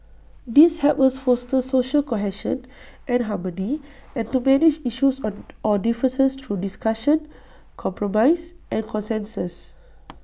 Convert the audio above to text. these help us foster social cohesion and harmony and to manage issues or or differences through discussion compromise and consensus